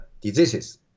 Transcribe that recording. diseases